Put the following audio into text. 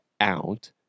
out